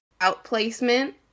outplacement